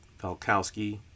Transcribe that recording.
Valkowski